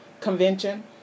convention